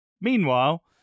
meanwhile